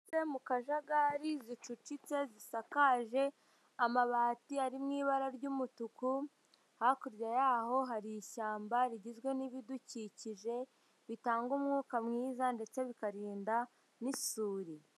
Inzu zubatse mu kajagari zicucitse zisakaje amabati ari mu ibara ry'umutuku, hakurya y'aho hari ishyamba rigizwe n'ibidukikije bitanga umwuka mwiza, ndetse bikarinda n'isuri.